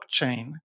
blockchain